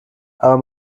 aber